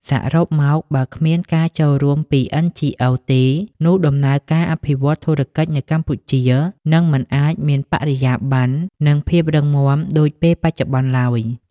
សរុបមក "បើគ្មានការចូលរួមពី NGOs ទេ នោះដំណើរការអភិវឌ្ឍធុរកិច្ចនៅកម្ពុជានឹងមិនអាចមានបរិយាបន្ន និងភាពរឹងមាំដូចពេលបច្ចុប្បន្នឡើយ"។